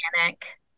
organic